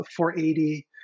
480